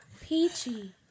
Peachy